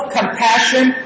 compassion